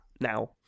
now